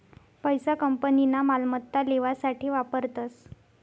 पैसा कंपनीना मालमत्ता लेवासाठे वापरतस